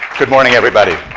good morning, everybody.